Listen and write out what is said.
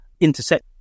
intersect